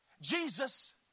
Jesus